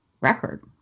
record